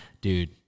dude